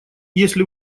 если